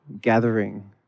gathering